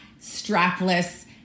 strapless